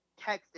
texted